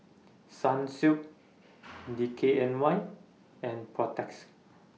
Sunsilk D K N Y and Protex